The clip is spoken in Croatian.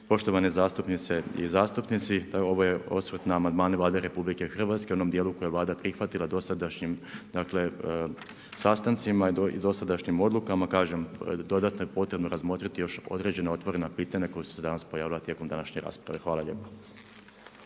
Poštovane zastupnice i zastupnici, ovo je osvrt na amandmane Vlade RH u onom dijelu koje je Vlada prihvatila dosadašnjim, dakle sastancima i dosadašnjim odlukama. Kažem, dodatno je potrebno razmotriti još određena otvorena pitanja koja su se danas pojavila tijekom današnje rasprave. Hvala lijepo.